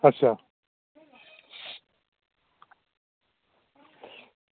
अच्छा